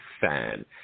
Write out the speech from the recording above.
fan